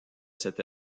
cet